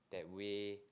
that way